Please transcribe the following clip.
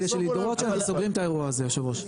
כדי לראות שאנחנו סוגרים את האירוע הזה.